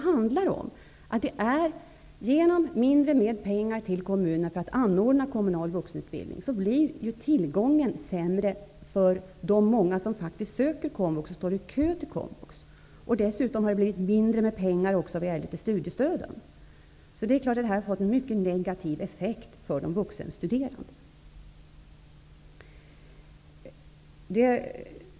Genom att mindre pengar ges till kommunerna för anordnande av kommunal vuxenutbildning blir tillgången härtill sämre för alla dem som står i kö för att få komma in i komvux. Det har dessutom blivit mindre pengar till studiestöden. Självfallet har detta en mycket negativ effekt för de vuxenstuderande.